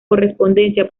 correspondencia